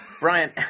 Brian